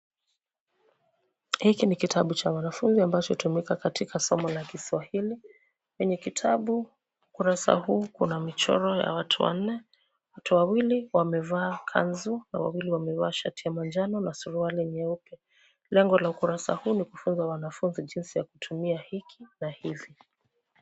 Hiki ni kitabu cha wanafunzi ambacho hutumika katika somo la Kiswahili, kwenye kitabu kuna ukurasa huu, kuna michoro ya watu wanne, watu wawili wamevaa kanzu na wawili shati ya manjano na suruali nyeupe. Lengo la ukurasa huu ni kufunza wanafunzi jinsi ya kutumia hiki na hivi.